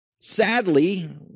Sadly